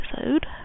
episode